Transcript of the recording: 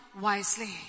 wisely